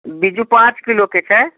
बिज्जू पाँच किलोके छै